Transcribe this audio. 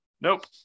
nope